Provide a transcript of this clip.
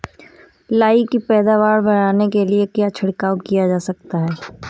लाही की पैदावार बढ़ाने के लिए क्या छिड़काव किया जा सकता है?